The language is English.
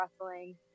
wrestling